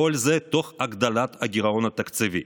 וכל זה תוך הגדלת הגירעון התקציבי.